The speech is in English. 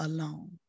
Alone